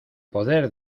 poder